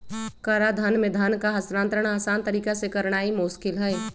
कराधान में धन का हस्तांतरण असान तरीका से करनाइ मोस्किल हइ